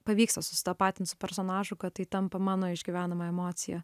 pavyksta susitapatint su personažu kad tai tampa mano išgyvenama emocija